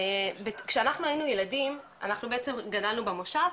כשאנחנו היינו ילדים אנחנו בעצם גדלנו במושב,